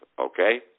okay